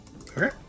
Okay